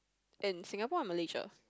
in Singapore or Malaysia